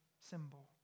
symbol